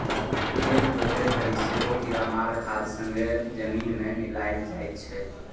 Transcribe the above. खेत जोतय घरी सेहो कीरामार खाद संगे जमीन मे मिलाएल जाइ छै